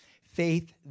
Faith